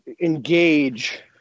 engage